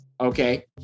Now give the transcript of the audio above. Okay